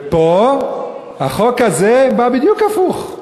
פה החוק הזה בדיוק הפוך.